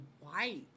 white